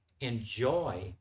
enjoy